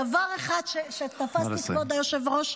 דבר אחד שתפסתי, כבוד היושב-ראש,